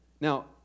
Now